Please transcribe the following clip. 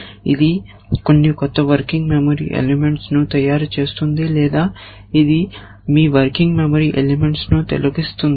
ఇది కొన్ని కొత్త వర్కింగ్ మెమరీ ఎలెమెంట్స్ ను తయారు చేస్తుంది లేదా ఇది మీ వర్కింగ్ మెమరీ ఎలెమెంట్స్ ను తొలగిస్తుంది